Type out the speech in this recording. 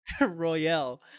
Royale